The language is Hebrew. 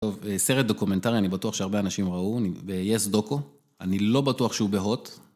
סרט דוקומנטרי אני בטוח שהרבה אנשים ראו, ביס דוקו, אני לא בטוח שהוא בהוט.